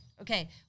Okay